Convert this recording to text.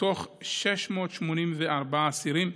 מתוך 684 אסירים,